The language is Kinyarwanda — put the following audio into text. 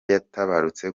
yaratabarutse